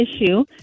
issue